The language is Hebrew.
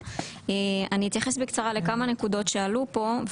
אני אתייחס בקצרה לכמה נקודות שעלו פה,